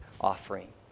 offering